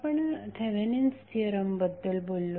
आपण Thevenin's theorem बद्दल बोललो